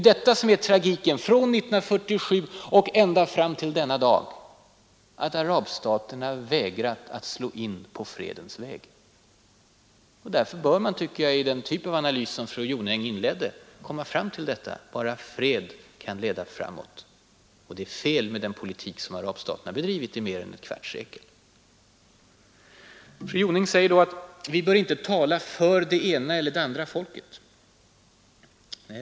Men från år 1947 och ända fram till denna dag har arabstaterna vägrat att slå in på fredens väg. Det är detta som är tragiken. Därför bör man i den typ av analys som fru Jonäng inledde komma fram till att endast fred kan leda framåt och att den politik som arabstaterna bedrivit i mer än ett kvarts sekel har varit katastrofal. Fru Jonäng säger att vi inte bör tala för det ena eller andra folket.